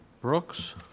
Brooks